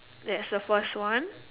that's the first one